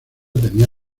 tenía